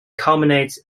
culminates